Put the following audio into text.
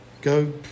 go